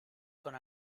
con